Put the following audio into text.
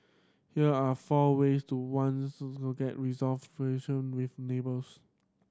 here are four ways to ones to get resolve with neighbours